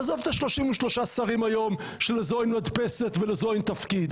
עזוב את ה-33 שרים שיש לכם היום שלזאת אין מדפסת ולהיא אין תפקיד,